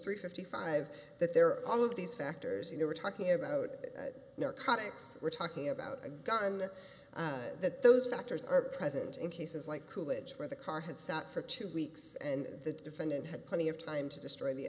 three fifty five that there are all of these factors in there we're talking about narcotics we're talking about a gun that those factors are present in cases like coolidge where the car had sat for two weeks and the defendant had plenty of time to destroy the